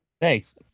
Thanks